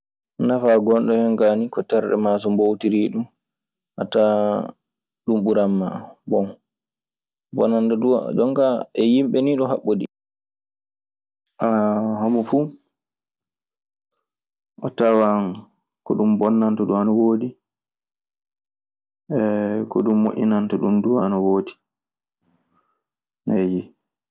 Nafaa gonɗo hen kaa nii, ko terɗe maa so mboowtirii ɗun a tawan ɗun ɓuran ma. Bon, bonnande duu, jonkaa e yimɓe nii ɗun haɓɓodii. Homo fuu a tawan ko ɗun bonnan ta ɗun ana woodi, ko ɗun moƴƴinanta ɗun duu ana woodi.